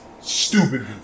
stupid